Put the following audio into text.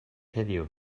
heddiw